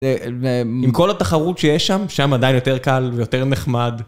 עם כל התחרות שיש שם, שם עדיין יותר קל ויותר נחמד.